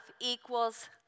equals